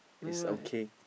is okay